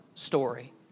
story